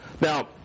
Now